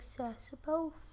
accessible